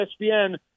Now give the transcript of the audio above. ESPN